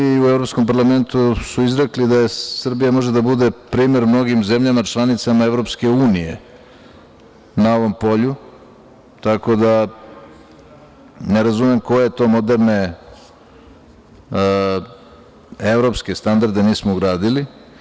U Evropskom parlamentu su izrekli da Srbija može da bude primer mnogim zemljama članicama EU na ovom polju, tako da ne razumem koje to moderne evropske standarde nismo ugradili.